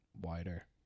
wider